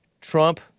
Trump